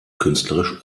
künstlerisch